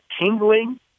tingling